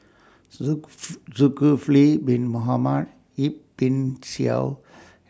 Zulkifli Bin Mohamed Yip Pin Xiu